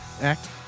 Act